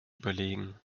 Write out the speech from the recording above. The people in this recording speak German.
überlegen